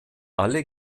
alle